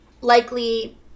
likely